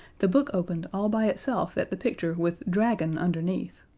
the book opened all by itself at the picture with dragon underneath,